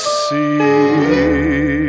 see